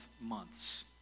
months